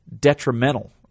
detrimental